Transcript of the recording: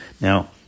Now